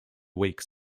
weeks